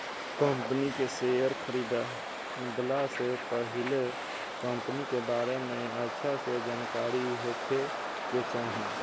company के share खरीदला से पहिले कंपनी के बारे में अच्छा से जानकारी होखे के चाही